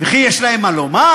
וכי יש להם מה לומר?